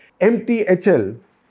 MTHL